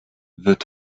wird